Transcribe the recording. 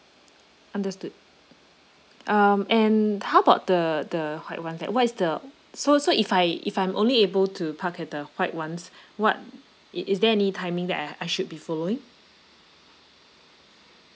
understood um and how about the the white [one] that what is the so so if I if I'm only able to park at the white [one] s what is is there any timing that I I should be following